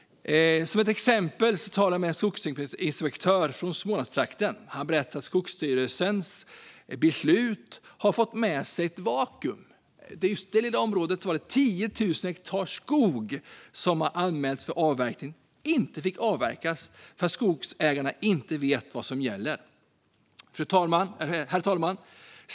Som ett exempel talade jag med en skogsinspektör i Smålandstrakten. Han berättade att Skogsstyrelsens beslut har fört med sig att det blivit ett vakuum. I det lilla området var det 10 000 hektar som hade anmälts för avverkning som inte fick avverkas för att skogsägarna inte vet vad som gäller. Herr talman!